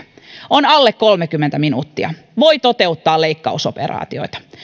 on alle kolmekymmentä minuuttia voi toteuttaa leikkausoperaatioita